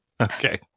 Okay